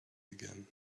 again